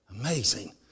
Amazing